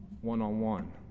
one-on-one